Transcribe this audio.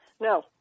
no